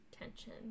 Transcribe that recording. tension